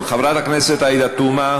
ניתוק חישוב עמלת ההפצה מדמי הניהול),